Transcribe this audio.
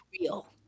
real